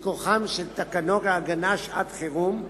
מכוחן של תקנות ההגנה (שעת-חירום),